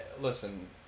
listen